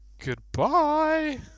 goodbye